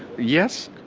yes,